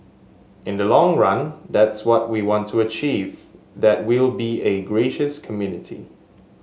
in the long run that's what we want to achieve that we'll be a gracious community